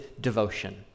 devotion